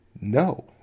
No